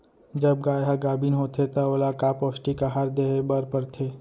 जब गाय ह गाभिन होथे त ओला का पौष्टिक आहार दे बर पढ़थे?